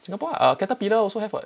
singapore ah caterpillar also have what